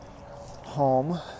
home